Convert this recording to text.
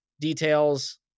details